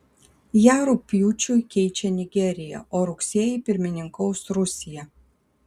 ją rugpjūčiui keičia nigerija o rugsėjį pirmininkaus rusija